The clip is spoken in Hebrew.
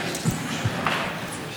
אני רוצה לדבר עכשיו על משהו אחר.